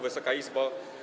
Wysoka Izbo!